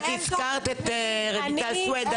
את הזכרת את רויטל סויד,